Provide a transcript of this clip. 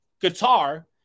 guitar